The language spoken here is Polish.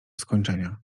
skończenia